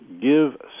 give